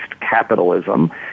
capitalism